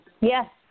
Yes